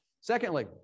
Secondly